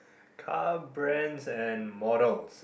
car brands and models